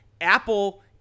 Apple